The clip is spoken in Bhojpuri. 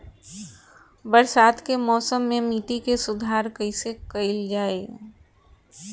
बरसात के मौसम में मिट्टी के सुधार कइसे कइल जाई?